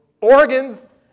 organs